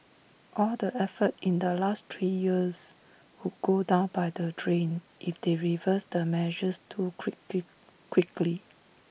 all the effort in the last three years would go down by the drain if they reverse the measures too quickly quickly